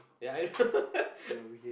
yeah I know